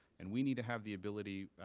and we need to have the ability,